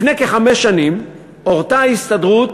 לפני כחמש שנים הורתה ההסתדרות